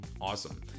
awesome